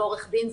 לא עורך דין,